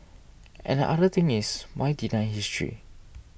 and other thing is why deny history